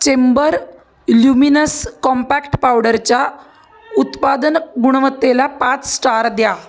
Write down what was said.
chamber luminous compact पावडरच्या उत्पादन गुणवत्तेला पाच स्टार द्या